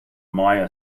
maya